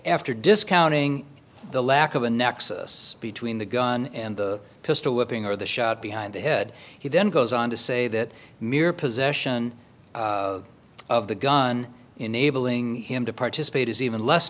after discounting the lack of a nexus between the gun and the pistol whipping or the shot behind the head he then goes on to say that mere possession of the gun enabling him to participate is even less